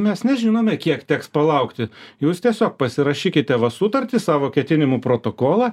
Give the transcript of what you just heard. mes nežinome kiek teks palaukti jūs tiesiog pasirašykite va sutartį savo ketinimų protokolą